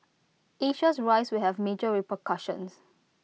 Asia's rise will have major repercussions